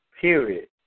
Period